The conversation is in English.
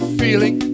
feeling